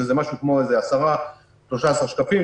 שזה משהו כמו 10,13 שקפים,